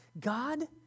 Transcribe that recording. God